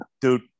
dude